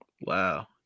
Wow